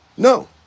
No